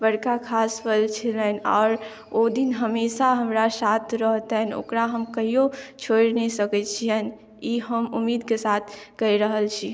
बड़का खास पल छलनि आओर ओ दिन हमेशा हमरा साथ रहतनि ओकरा हम कहियो छोड़ि नहि सकैत छियनि ई हम उम्मीदके साथ कहि रहल छी